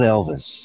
Elvis